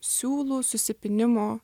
siūlų susipynimo